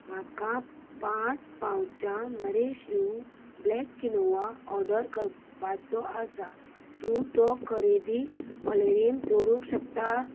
म्हाका पांच पावचां Nourish You black quinoa order करपाचो आसा तूं तो खरेदी वळेरेंत जोडूंक शकता